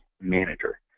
manager